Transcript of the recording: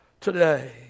today